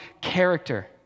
character